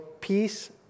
peace